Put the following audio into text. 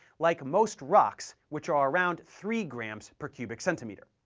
like most rocks, which are around three grams per cubic centimeter.